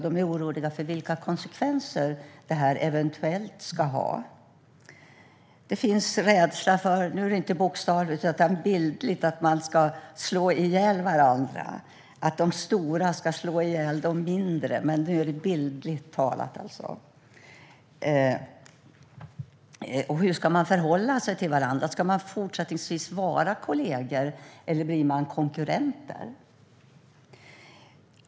De är oroliga för vilka konsekvenser det eventuellt ska ha. Det finns en rädsla för att man inte bokstavligt men bildligt ska slå ihjäl varandra. Det handlar om att de stora ska slå ihjäl de mindre, bildligt talat. Hur ska man förhålla sig till varandra? Ska man fortsättningsvis vara kollegor, eller blir man konkurrenter?